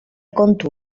kontu